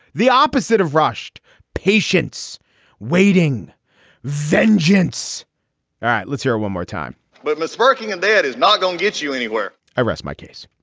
the opposite of rushed patients waiting vengence. all right. let's hear one more time littleness working, and that is not gonna get you anywhere i rest my case